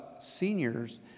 seniors